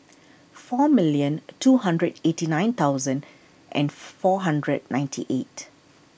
four million two hundred eighty nine thousand and four hundred ninety eight